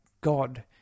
God